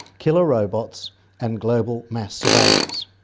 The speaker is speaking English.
killer robots and global mass surveillance.